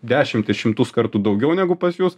dešimtis šimtus kartų daugiau negu pas jus